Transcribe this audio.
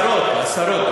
שלוש דקות.